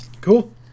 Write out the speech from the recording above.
Cool